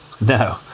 No